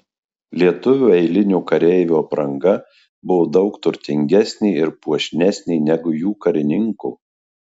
lietuvio eilinio kareivio apranga buvo daug turtingesnė ir puošnesnė negu jų karininko